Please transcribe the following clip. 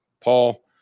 Paul